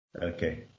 Okay